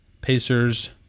Pacers